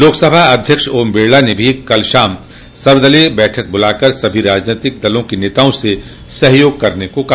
लोकसभा अध्यक्ष ओम बिड़ला ने भी कल शाम सर्वदलीय बैठक बुलाकर सभी राजनीतिक दलों के नेताओं से सहयोग करने को कहा